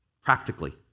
practically